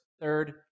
third